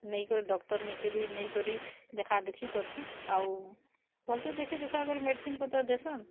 ନେଇକରି ଡକ୍ଟର ନିକେ ବି ନେଇକରି ଦେଖା ଦୁଖି କର୍ସନ୍ ଆଉ ଭଲ୍ସେ ଦେଖି ଦୁଖାକରି ମେଡିସିନ୍ ପତର୍ ଦେସନ୍